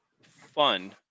fun